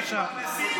בבקשה.